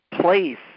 place